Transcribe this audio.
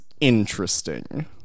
interesting